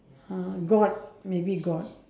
uh god maybe god